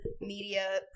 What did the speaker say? media